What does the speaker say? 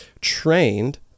trained